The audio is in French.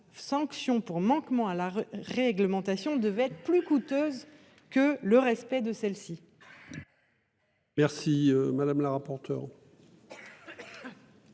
pour manquement à la réglementation devait être plus coûteuse que le respect de celle-ci. Quel est l'avis de